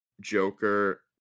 joker